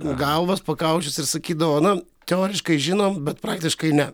galvas pakaušius ir sakydavo na teoriškai žinom bet praktiškai ne